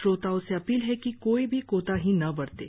श्रोताओं से अपील है कि कोई भी कोताही न बरतें